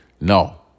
No